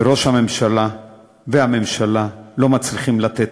וראש הממשלה והממשלה לא מצליחים לתת